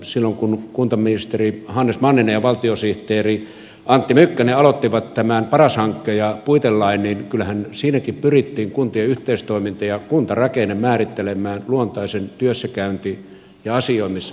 silloin kun kuntaministeri hannes manninen ja valtiosihteeri antti mykkänen aloittivat tämän paras hankkeen ja puitelain niin kyllähän siinäkin pyrittiin kuntien yhteistoiminta ja kuntarakenne määrittelemään luontaisen työssäkäynti ja asioimisalueen pohjalta